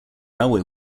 railway